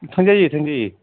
थांजायो थांजायो